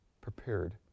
prepared